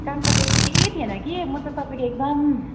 काम त त्यस्तो केही थिएन कि म त तपाईँको एकदम